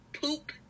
poop